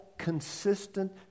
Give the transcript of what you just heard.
consistent